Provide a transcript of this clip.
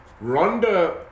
Ronda